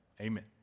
amen